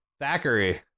Thackeray